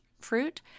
fruit